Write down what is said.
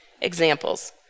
examples